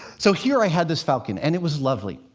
so here i had this falcon, and it was lovely.